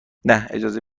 نه، اجازه